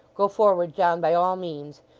go forward, john, by all means.